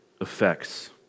effects